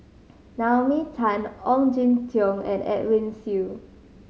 Naomi Tan Ong Jin Teong and Edwin Siew